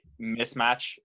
mismatch